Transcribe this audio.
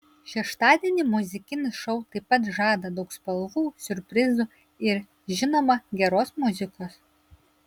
šeštadienį muzikinis šou taip pat žada daug spalvų siurprizų ir žinoma geros muzikos